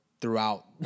throughout